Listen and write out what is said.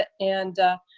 and